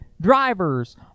drivers